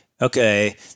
okay